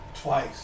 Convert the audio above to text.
twice